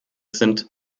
sind